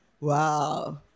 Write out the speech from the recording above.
Wow